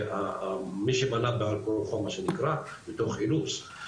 מי שבנה בעל כורחו מתוך אילוץ,